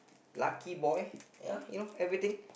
lucky boy ya you know everything